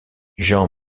jean